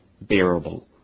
bearable